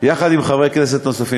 יחד עם חברי כנסת נוספים,